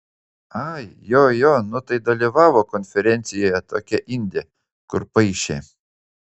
ai jo jo nu tai dalyvavo konferencijoje tokia indė kur paišė